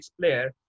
Player